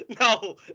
No